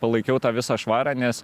palaikiau tą visą švarą nes